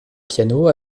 piano